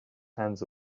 hands